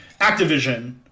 Activision